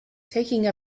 taking